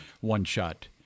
one-shot